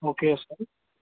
okay sir